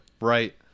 Right